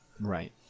Right